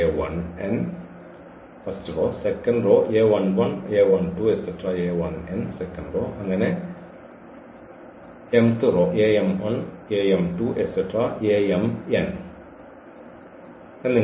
a1n a21 a22 a2n എന്നിങ്ങനെയാണ് തുടർന്ന് ഈ m th വരി am1 am2 amn അവസാന ഘടകത്തിൽ നമ്മൾക്ക് amn ഉണ്ട്